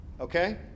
Okay